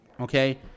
okay